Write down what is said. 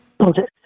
Okay